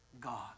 God